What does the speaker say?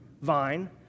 vine